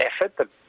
effort